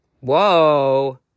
Whoa